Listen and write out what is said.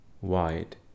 wide